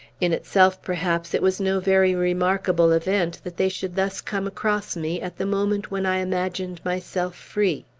in itself, perhaps, it was no very remarkable event that they should thus come across me, at the moment when i imagined myself free.